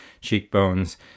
cheekbones